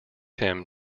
him